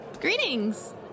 Greetings